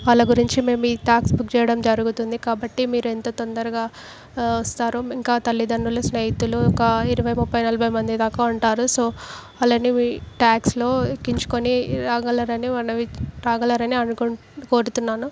వాళ్ళ గురించి మేము మీ ట్యాక్సీ బుక్ చేయడం జరుగుతుంది కాబట్టి మీరు ఎంత తొందరగా వస్తారు ఇంకా తల్లిదండ్రులు స్నేహితులు ఒక ఇరవై ముప్పై నలభై మంది దాకా ఉంటారు సో అలానే మీ ట్యాక్స్లో ఎక్కించుకొని రాగలరని మనవి రాగలరని అనుకు కోరుతున్నాను